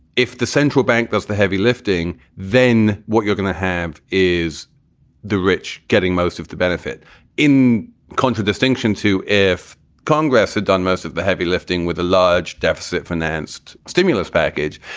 if the central bank does the heavy lifting, then what you're gonna have is the rich getting most of the benefit in contradistinction to. if congress had done most of the heavy lifting with a large deficit financed stimulus package,